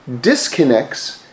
disconnects